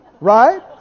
right